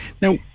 Now